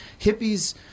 hippies